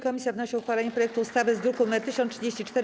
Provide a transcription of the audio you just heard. Komisja wnosi o uchwalenie projektu ustawy z druku nr 1034.